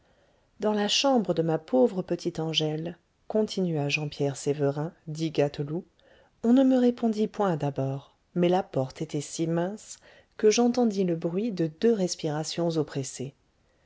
dans la chambre de ma pauvre petite angèle continua jean pierre sévérin dit gâteloup on ne me répondit point d'abord mais la porte était si mince que j'entendis le bruit de deux respirations oppressées